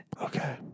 Okay